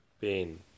pain